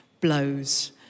blows